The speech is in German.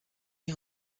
die